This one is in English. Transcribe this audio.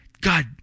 God